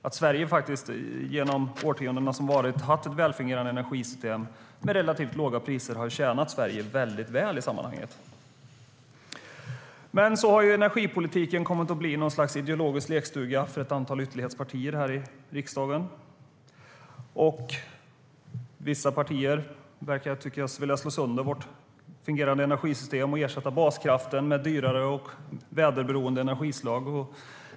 Att Sverige genom årtiondena har haft ett välfungerande energisystem med relativt låga priser har tjänat Sverige mycket väl. Men energipolitiken har kommit att bli något slags ideologisk lekstuga för ett antal ytterlighetspartier här i riksdagen. Det verkar som att vissa partier vill slå sönder vårt fungerande energisystem och ersätta baskraften med dyrare och väderberoende energislag.